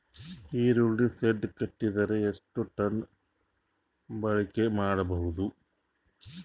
ಈರುಳ್ಳಿ ಶೆಡ್ ಕಟ್ಟಿದರ ಎಷ್ಟು ಟನ್ ಬಾಳಿಕೆ ಮಾಡಬಹುದು?